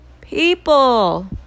People